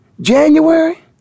January